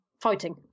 fighting